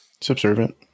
subservient